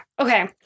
Okay